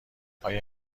آیا